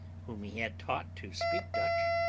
whom he had taught to speak dutch,